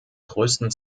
größten